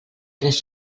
tres